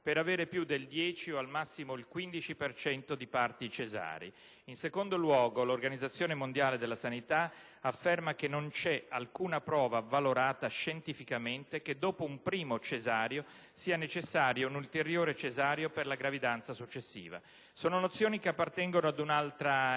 per avere più del 10-15 per cento di parti cesarei. In ogni luogo l'Organizzazione mondiale della sanità afferma che non c'è alcuna prova avvalorata scientificamente che dopo un primo cesareo sia necessario un ulteriore cesareo per la gravidanza successiva. Sono nozioni che appartengono ad un'altra